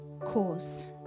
cause